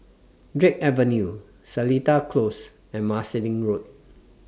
Drake Avenue Seletar Close and Marsiling Road